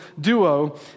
duo